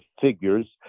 figures